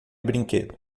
brinquedo